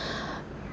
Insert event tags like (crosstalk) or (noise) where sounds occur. (breath)